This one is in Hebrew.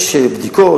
יש בדיקות,